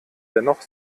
dennoch